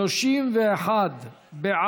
התשע"ח 2018,